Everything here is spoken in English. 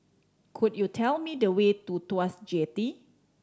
could you tell me the way to Tuas Jetty